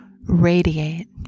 radiate